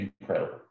incredible